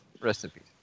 Recipes